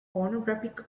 pornographic